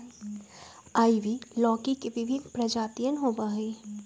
ivy लौकी के विभिन्न प्रजातियन होबा हई